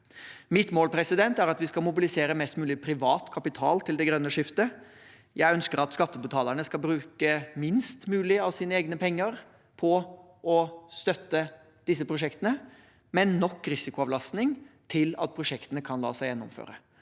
Mitt mål er at vi skal mobilisere mest mulig privat kapital til det grønne skiftet. Jeg ønsker at skattebetalerne skal bruke minst mulig av sine egne penger på å støtte disse prosjektene, med nok risikoavlastning til at prosjektene kan la seg gjennomføre.